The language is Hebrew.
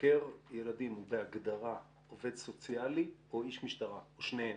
חוקר ילדים הוא בהגדרה עובד סוציאלי או איש משטרה או שניהם?